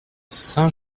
saint